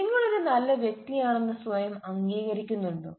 നിങ്ങൾ ഒരു നല്ല വ്യക്തിയാണെന്ന് സ്വയം അംഗീകരിക്കുന്നുണ്ടോ